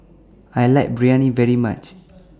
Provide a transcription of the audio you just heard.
I like Biryani very much